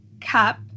Cup